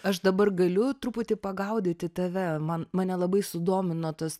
aš dabar galiu truputį pagaudyti tave man mane labai sudomino tas